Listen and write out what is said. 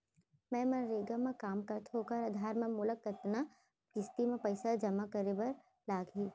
मैं मनरेगा म काम करथो, ओखर आधार म मोला कतना किस्ती म पइसा जेमा करे बर लागही?